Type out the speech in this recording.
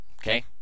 Okay